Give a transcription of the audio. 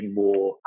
more